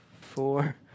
four